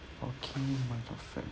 okay perfect